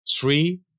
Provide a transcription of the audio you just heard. Three